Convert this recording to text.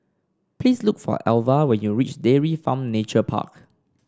please look for Alva when you reach Dairy Farm Nature Park